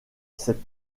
cette